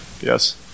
Yes